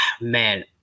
man